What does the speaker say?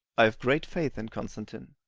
i have great faith in constantine.